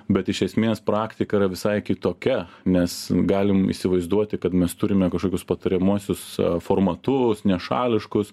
bet iš esmės praktika yra visai kitokia mes galim įsivaizduoti kad mes turime kažkokius patariamuosius formatus nešališkus